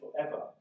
forever